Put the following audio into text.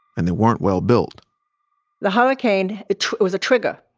and they weren't well built the hurricane was a trigger.